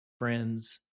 Friends